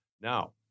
Now